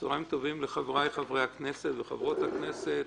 צהרים טובים לחבריי חברי הכנסת וחברות הכנסת,